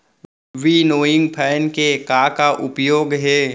Winnowing fan के का का उपयोग हे?